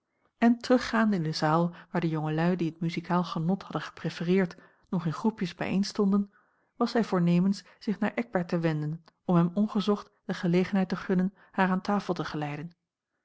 en teruggaande in de zaal waar de jongelui die het muzikaal genot hadden geprefereerd nog in groepjes bijeen stonden was zij voornemens zich naar eckbert te wenden om hem ongezocht de gelegenheid te gunnen haar aan tafel te geleiden